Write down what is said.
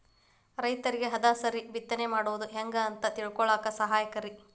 ರೈತರಿಗೆ ಹದಸರಿ ಬಿತ್ತನೆ ಮಾಡುದು ಹೆಂಗ ಅಂತ ತಿಳಕೊಳ್ಳಾಕ ಸಹಾಯಕಾರಿ